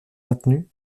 maintenu